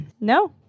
No